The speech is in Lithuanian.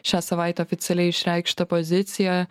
šią savaitę oficialiai išreikštą poziciją